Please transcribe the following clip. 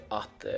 att